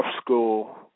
school